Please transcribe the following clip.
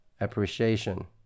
appreciation